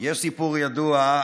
יש נושאים